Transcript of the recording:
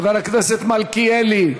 חבר הכנסת מלכיאלי.